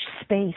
space